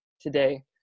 today